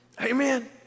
Amen